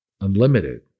unlimited